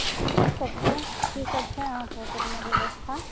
अच्छा की सभ छै की सभ छै अहाँकेँ होटलमे व्यवस्था